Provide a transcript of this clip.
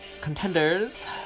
contenders